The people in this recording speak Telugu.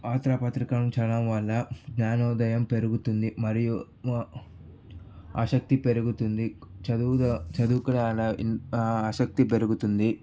వార్తా పత్రికలను చదవడం వల్ల జ్ఞానోదయం పెరుగుతుంది మరియు ఆసక్తి పెరుగుతుంది ఆసక్తి పెరుగుతుంది